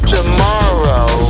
Tomorrow